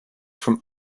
from